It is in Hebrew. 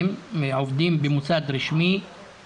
שאפשר יהיה לקבל מישהו שלמד בג'נין אבל יש לו ניסיון למשל בבאר שבע,